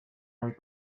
are